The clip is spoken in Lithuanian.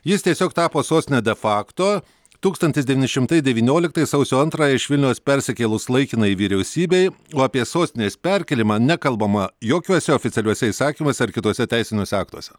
jis tiesiog tapo sostine de facto tūkstantis devyni šimtai devynioliktais sausio antrąją iš vilniaus persikėlus laikinajai vyriausybei o apie sostinės perkėlimą nekalbama jokiuose oficialiuose įsakymuose ar kituose teisiniuose aktuose